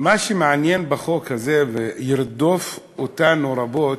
מה שמעניין בחוק הזה, וירדוף אותנו רבות,